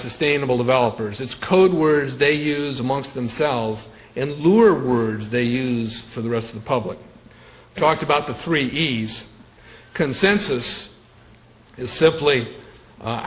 sustainable developers it's code words they use amongst themselves and lure words they use for the rest of the public talk about the three e's consensus is simply